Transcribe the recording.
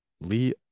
Lee